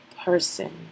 Person